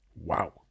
Wow